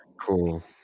Cool